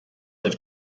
have